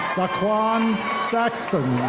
daquan saxton.